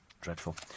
Dreadful